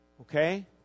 Okay